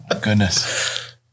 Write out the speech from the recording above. Goodness